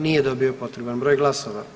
Nije dobio potreban broj glasova.